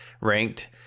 Ranked